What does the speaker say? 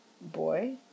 boy